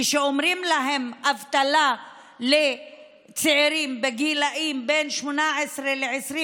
כשאומרים להם אבטלה לצעירים בגילים שבין 18 ל-20,